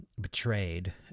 betrayed